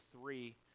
three